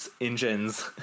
Engines